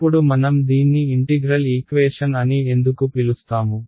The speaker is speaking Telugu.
ఇప్పుడు మనం దీన్ని ఇంటిగ్రల్ ఈక్వేషన్ అని ఎందుకు పిలుస్తాము